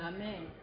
Amen